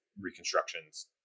reconstructions